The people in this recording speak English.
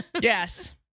Yes